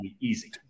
easy